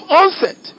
onset